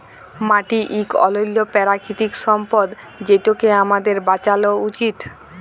মাটি ইক অলল্য পেরাকিতিক সম্পদ যেটকে আমাদের বাঁচালো উচিত